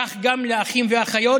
כך גם לאחים והאחיות,